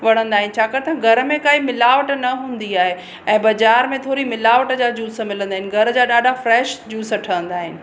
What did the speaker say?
वणंदा आहिनि छाकाणि त घर में काई मिलावट न हूंदी आहे ऐं बाज़ारि में थोरी मिलावट जा जूस मिलंदा आहिनि घर जा ॾाढा फ्रेश जूस ठहंदा आहिनि